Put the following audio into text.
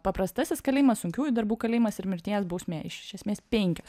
paprastasis kalėjimas sunkiųjų darbų kalėjimas ir mirties bausmė iš esmės penkios